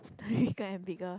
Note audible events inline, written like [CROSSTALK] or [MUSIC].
[BREATH] and bigger